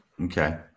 Okay